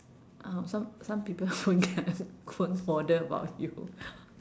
uh some some people won't care won't bother about you